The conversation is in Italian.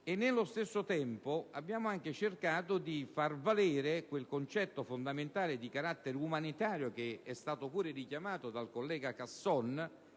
Nello stesso tempo abbiamo cercato di far valere quel concetto fondamentale di carattere umanitario richiamato dal collega Casson.